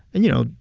and you know,